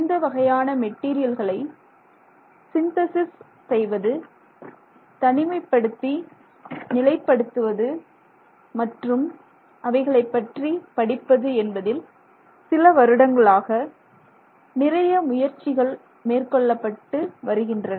இந்த வகையான மெட்டீரியல்களை சிந்தேசிஸ் செய்வது தனிமைப்படுத்தி நிலைப்படுத்துவது மற்றும் அவைகளை பற்றி படிப்பது என்பதில் சில வருடங்களாக நிறைய முயற்சிகள் மேற்கொள்ளப்பட்டு வருகின்றன